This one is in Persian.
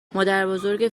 مادربزرگ